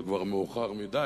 אבל כבר מאוחר מדי,